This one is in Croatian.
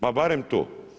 Pa barem to.